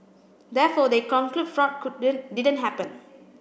therefore they conclude fraud couldn't didn't happen